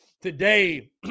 Today